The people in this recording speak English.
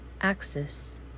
Axis